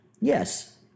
Yes